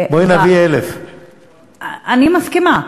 בואי נביא 1,000. אני מסכימה.